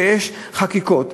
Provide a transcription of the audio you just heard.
ויש חקיקות,